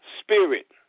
spirit